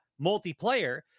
multiplayer